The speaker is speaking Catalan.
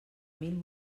mil